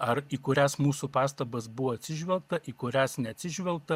ar į kurias mūsų pastabas buvo atsižvelgta į kurias neatsižvelgta